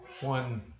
one